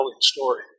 story